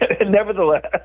nevertheless